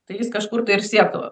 tai jis kažkur tai ir sietų